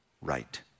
right